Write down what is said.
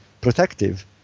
protective